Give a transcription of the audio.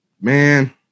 man